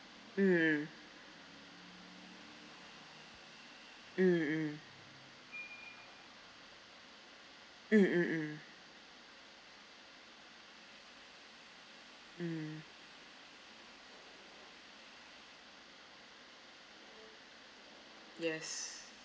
mm mm mm mm mm mm mm